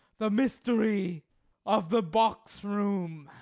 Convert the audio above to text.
the mystery of the box-room.